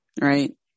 right